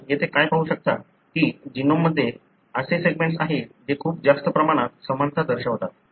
आपण येथे काय पाहू शकता की जीनोममध्ये असे सेगमेंट्स आहेत जे खूप जास्त प्रमाणात समानता दर्शवतात